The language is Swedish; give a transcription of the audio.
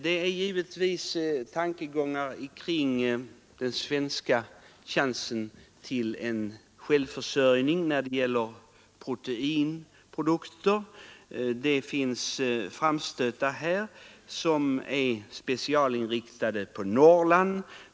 Här finns tankar om möjligheterna för Sverige att bli självförsörjande i fråga om proteinprodukter. Det finns framstötar som är specialinriktade på Norrland.